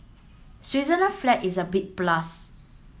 Switzerland flag is a big plus